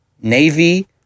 Navy